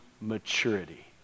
maturity